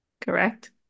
Correct